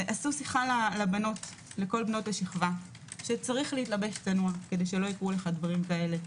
עשו שיחה לכל בנות השכבה שצריך להתלבש צנוע כדי שלא יקרו לך דברים כאלה.